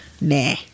Nah